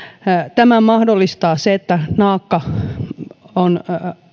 tämän mahdollistaa se että naakka on